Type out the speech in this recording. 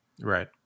Right